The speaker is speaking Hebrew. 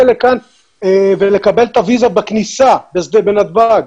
לכאן ולקבל את הוויזה בכניסה בנתב"ג.